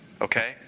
Okay